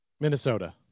Minnesota